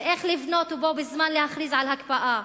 של איך לבנות ובו-בזמן להכריז על הקפאה,